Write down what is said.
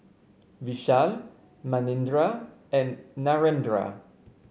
Vishal Manindra and Narendra